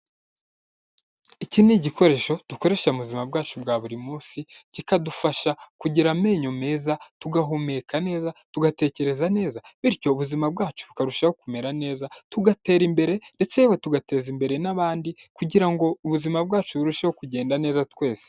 Iki ni igikoresho dukoreshashya mu buzima bwacu bwa buri munsi, kikadufasha kugira amenyo meza tugahumeka neza tugatekereza neza bityo ubuzima bwacu bukarushaho kumera neza tugatera imbere ndetse tugateza imbere n'abandi kugira ngo ubuzima bwacu burusheho kugenda neza twese.